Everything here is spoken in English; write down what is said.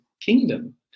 kingdom